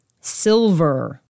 Silver